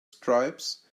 stripes